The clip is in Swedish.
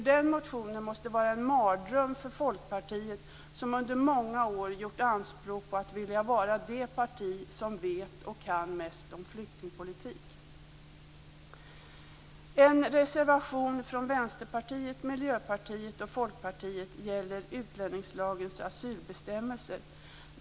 Den motionen måste vara en mardröm för Folkpartiet som under många år gjort anspråk på att vilja vara det parti som vet och kan mest om flyktingpolitik. En reservation från Vänsterpartiet, Miljöpartiet och Folkpartiet gäller utlänningslagens asylbestämmelser.